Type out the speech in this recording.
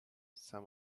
some